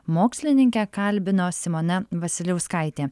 mokslininkę kalbino simona vasiliauskaitė